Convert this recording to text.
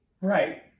Right